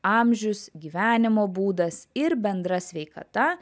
amžius gyvenimo būdas ir bendra sveikata